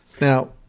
Now